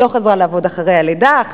היא לא חזרה לעבוד אחרי הלידה.